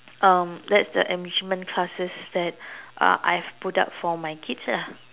um that's the enrichment classes that uh I've put up for my kids lah